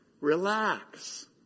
relax